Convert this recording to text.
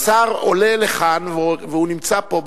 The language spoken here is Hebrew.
שר עולה לכאן והוא נמצא פה,